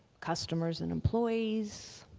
customers and employees,